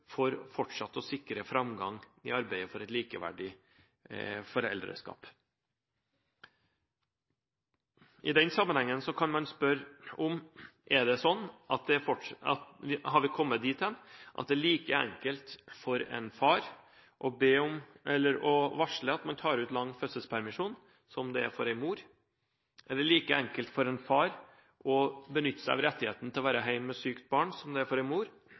for fortsatt å sikre framgang i arbeidet for et likeverdig foreldreskap. I den sammenhengen kan man spørre: Er vi kommet dit hen at det er like enkelt for en far å varsle at han tar ut lang fødselspermisjon, som det er for en mor? Er det like enkelt for en far å benytte seg av rettigheten til å være hjemme med sykt barn, som det er for en mor?